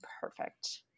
perfect